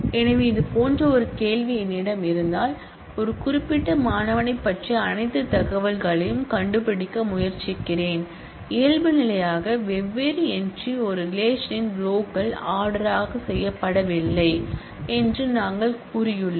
எனவே இது போன்ற ஒரு கேள்வி என்னிடம் இருந்தால் ஒரு குறிப்பிட்ட மாணவனைப் பற்றிய அனைத்து தகவல்களையும் கண்டுபிடிக்க முயற்சிக்கிறேன் இயல்புநிலையாக வெவ்வேறு என்ட்ரி ஒரு ரிலேஷன்ன் ரோகள் ஆர்டர் செய்யப்படவில்லை என்று நாங்கள் கூறியுள்ளோம்